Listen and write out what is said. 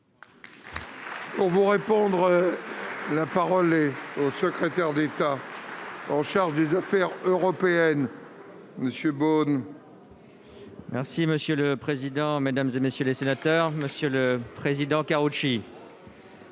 Pour vous répondre, la parole est au secrétaire d'État en charge des affaires européennes Monsieur bonne. Merci monsieur le président, Mesdames et messieurs les sénateurs, Monsieur le Président, Karoutchi.